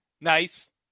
Nice